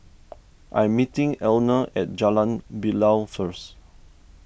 I am meeting Elna at Jalan Bilal first